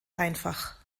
einfach